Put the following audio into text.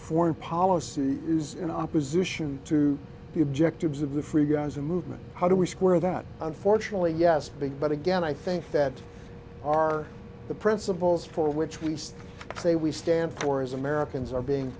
foreign policy is in opposition to the objectives of the free gaza movement how do we square that unfortunately yes big but again i think that are the principles for which we say we stand for as americans are being